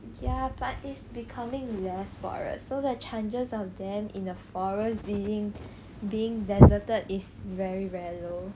ya but is becoming less forest so the chances of them in a forest being being deserted is very rare lor